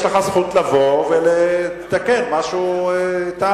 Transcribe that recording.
יש לך זכות לבוא ולתקן מה שהוא טעה.